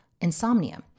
insomnia